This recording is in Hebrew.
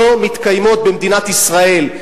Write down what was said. לא מתקיימות במדינת ישראל,